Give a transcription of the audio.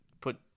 Put